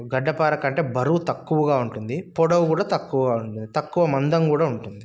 గడ్డపార కంటే బరువు తక్కువగా ఉంటుంది పొడవు కూడా తక్కువగా ఉంటుంది తక్కువ మందం కూడా ఉంటుంది